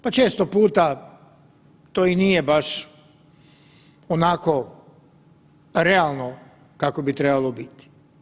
Pa često puta to i nije baš onako realno kako bi trebalo biti.